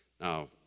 Now